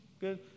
Good